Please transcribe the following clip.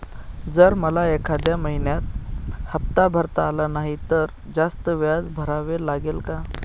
जर मला एखाद्या महिन्यात हफ्ता भरता आला नाही तर जास्त व्याज भरावे लागेल का?